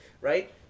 right